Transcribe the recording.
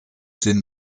den